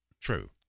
True